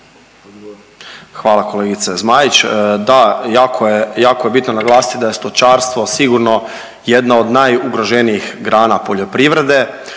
Hvala kolegice Zmaić, da jako je, jako je bitno naglasiti da je stočarstvo sigurno jedna od najugroženijih grana poljoprivrede